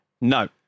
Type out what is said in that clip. No